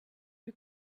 who